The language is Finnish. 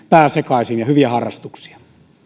pää sekaisin ja hyviä harrastuksia